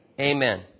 Amen